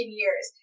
years